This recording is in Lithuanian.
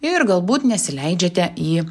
ir galbūt nesileidžiate į